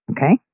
Okay